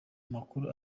amakuru